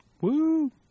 Woo